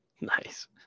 Nice